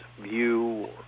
view